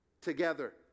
Together